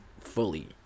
fully